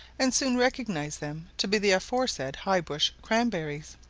and soon recognized them to be the aforesaid high-bush cranberries.